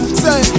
say